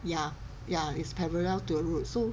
ya ya it's parallel to the road so